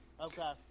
Okay